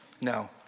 No